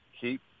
keep